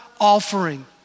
offering